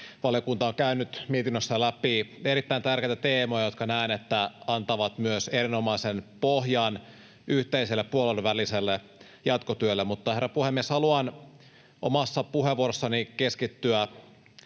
valiokunta on käynyt mietinnössään läpi erittäin tärkeitä teemoja, joiden näen antavan myös erinomaisen pohjan yhteiselle puolueiden väliselle jatkotyölle. Mutta, herra puhemies, haluan omassa puheenvuorossani keskittyä